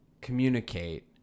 communicate